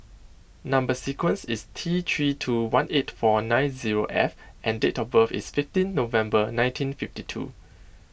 Number Sequence is T three two one eight four nine zero F and date of birth is fifteen November nineteen fifty two